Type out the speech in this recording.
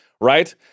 Right